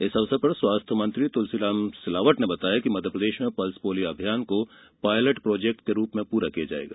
इस अवसर पर स्वास्थ्य मंत्री तुलसीराम सिलावट ने बताया कि मध्यप्रदेश में पल्स पोलियो अभियान को पायलट प्रोजेक्ट के रूप में पूरा किया जायेगा